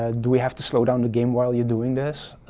ah do we have to slow down the game while you're doing this,